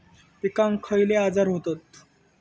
पिकांक खयले आजार व्हतत?